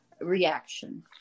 reaction